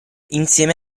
insieme